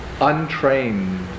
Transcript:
untrained